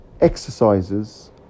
exercises